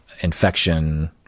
infection